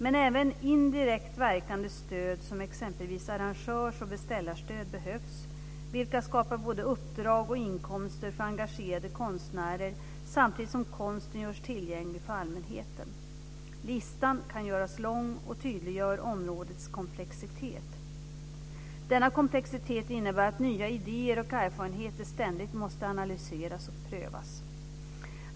Men även indirekt verkande stöd som exempelvis arrangörs och beställarstöd behövs, vilka skapar både uppdrag och inkomster för engagerade konstnärer samtidigt som konsten görs tillgänglig för allmänheten. Listan kan göras lång, och tydliggör områdets komplexitet. Denna komplexitet innebär att nya idéer och erfarenheter ständigt måste analyseras och prövas.